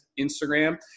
Instagram